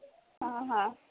आं हां